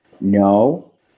No